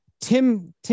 Tim